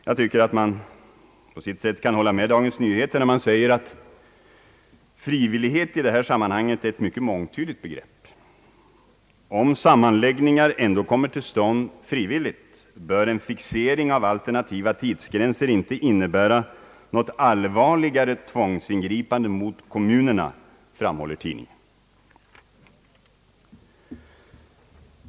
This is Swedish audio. Jag tycker att man på sitt sätt kan instämma i Dagens Nyheters uppfattning att frivillighet i detta sammanhang är ett mycket mångtydigt begrepp. »Om sammanläggningar ändå kommer till stånd frivilligt, bör en fixering av alternativa tidsgränser inte innebära något allvarligare tvångsingripande mot kommunerna», framhåller tidningen.